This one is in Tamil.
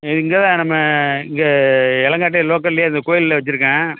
இங்கேதான் நம்ம இங்கே இளங்காட்டு லோக்கலேயே கோயில்ல வச்சிருக்கேன்